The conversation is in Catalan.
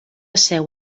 seu